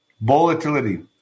Volatility